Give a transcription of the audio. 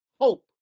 hope